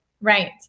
Right